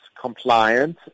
compliant